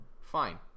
fine